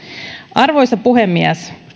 arvoisa puhemies